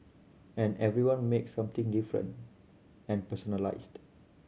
and everyone makes something different and personalised